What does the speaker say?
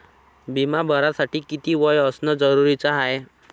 बिमा भरासाठी किती वय असनं जरुरीच हाय?